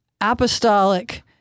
apostolic